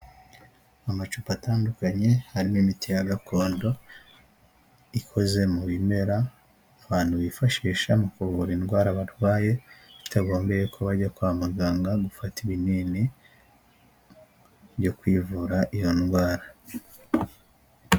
Amacupa atandukanye harimo imiti ya gakondo, ikoze mu bimera abantu bifashisha mu kuvura indwara barwaye, bitaboye ko bajya kwa muganga gufata ibinini byo kwivura iyo ndwara.